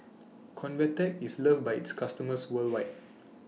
Convatec IS loved By its customers worldwide